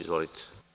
Izvolite.